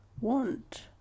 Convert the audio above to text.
want